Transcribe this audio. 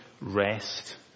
rest